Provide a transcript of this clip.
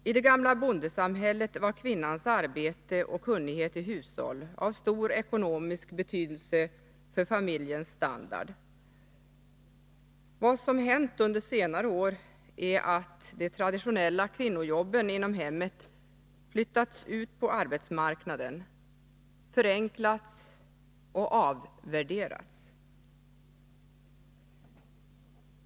I det gamla bondesamhället var kvinnans arbete och kunnighet i hushållet av stor ekonomisk betydelse för familjens standard. Vad som hänt under senare år är att de traditionella kvinnojobben inom hemmet flyttats ut på arbetsmarknaden, förenklats och nedvärderats.